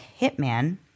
hitman